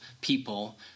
people